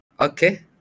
Okay